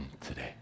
today